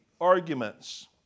arguments